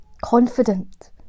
confident